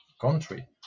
country